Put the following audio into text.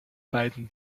beiden